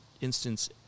instance